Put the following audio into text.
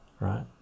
Right